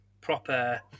proper